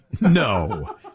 No